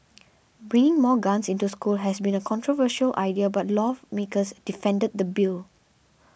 bringing more guns into school has been a controversial idea but lawmakers defended the bill